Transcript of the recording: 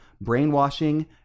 brainwashing